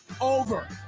over